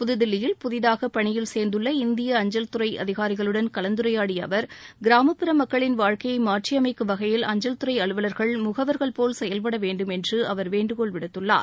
புத்தில்லியில் புதிதாக பணியில் சேர்ந்துள்ள இந்திய அஞ்சல்துறை அதிகாரிகளுடன் கலந்துரையாடிய அவர் கிராமப்புற மக்களின் வாழ்க்கையை மாற்றி அமைக்கும் வகையில் அஞ்சல்துறை அலுவலா்கள் முகவா்கள் போல் செயல்பட வேண்டும் என்று அவர் வேண்டுகோள் விடுத்துள்ளார்